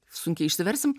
sunkiai išsiversim